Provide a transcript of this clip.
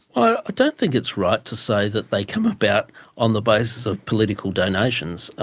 i don't think it's right to say that they come about on the basis of political donations. ah